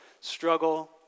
struggle